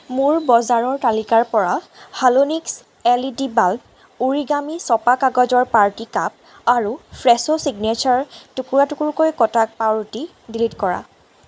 মোৰ বজাৰৰ তালিকাৰ পৰা Halonix L E D bulb Origami ছপা কাগজৰ পাৰ্টি কাপ আৰু ফ্ৰেছো চিগনেচাৰ টুকুৰা টুকুৰকৈ কটা পাওৰুটি ডিলিট কৰা